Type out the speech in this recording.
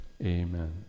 amen